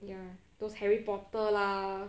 ya those harry porter lah